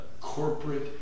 Corporate